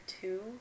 two